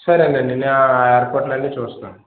సరేనండి నేను ఆ ఏర్పాట్లన్నీ చూస్తాను